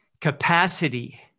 capacity